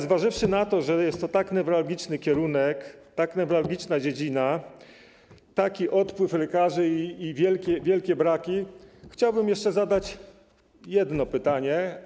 Zważywszy na to, że jest to tak newralgiczny kierunek, tak newralgiczna dziedzina, taki odpływ lekarzy i wielkie braki, chciałbym zadać jeszcze jedno pytanie.